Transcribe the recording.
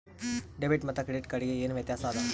Debit ಮತ್ತ credit card ಗೆ ಏನ ವ್ಯತ್ಯಾಸ ಆದ?